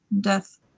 death